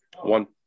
One